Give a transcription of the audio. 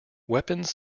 weapons